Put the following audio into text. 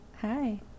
Hi